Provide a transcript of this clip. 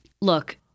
look